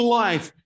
life